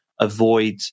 avoid